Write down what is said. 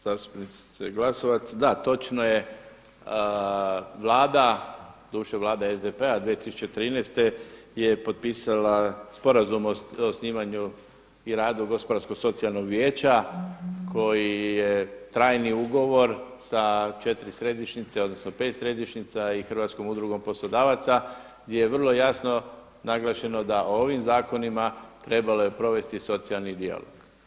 Zastupnice Glasovac, da točno je, vlada doduše vlada SDP-a 2013. je potpisala Sporazum o osnivanju i radu Gospodarsko-socijalnog vijeća koji je trajni ugovor sa 4 središnjice odnosno 5 središnjica i Hrvatskom udrugom poslodavaca gdje je vrlo jasno naglašeno da o ovim zakonima trebalo je provesti socijalni dijalog.